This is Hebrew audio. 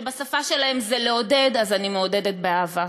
שבשפה שלהם זה "לעודד" אז אני מעודדת באהבה.